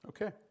Okay